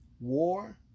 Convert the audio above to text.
War